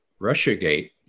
Russiagate